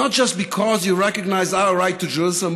Not just because you recognize our right to Jerusalem,